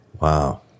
Wow